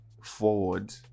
forward